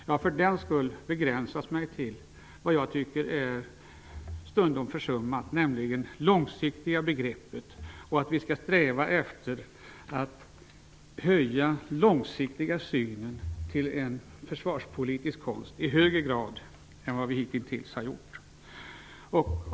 Jag har för den skull begränsat mig till vad jag tycker stundom har försummats, nämligen långsiktigheten och att vi skall sträva efter att i högre grad än hittills tillämpa ett långsiktigt synsätt inom försvarspolitiken.